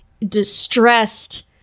distressed